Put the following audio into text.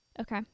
Okay